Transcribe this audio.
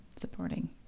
supporting